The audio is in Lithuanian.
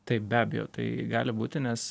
taip be abejo tai gali būti nes